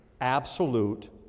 Absolute